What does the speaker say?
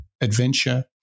adventure